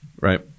Right